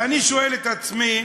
ואני שואל את עצמי: